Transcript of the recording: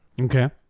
Okay